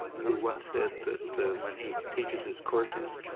who once said that when he teaches his courses,